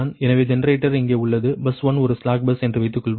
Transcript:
எனவே ஜெனரேட்டர் இங்கே உள்ளது பஸ் 1 ஒரு ஸ்லாக் பஸ் என்று வைத்துக்கொள்வோம்